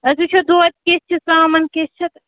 أسۍ وٕچھو دۄد کِژھ چھِ ژامَن کِژھ چھِ تہٕ